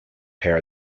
pair